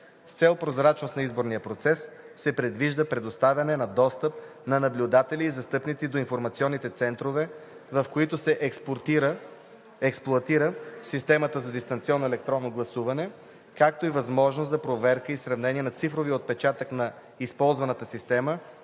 С цел прозрачност на изборния процес се предвижда предоставяне на достъп на наблюдатели и застъпници до информационните центрове, в които се експлоатира системата за дистанционно електронно гласуване, както и възможност за проверка и сравнение на цифровия отпечатък на използваната система